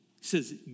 says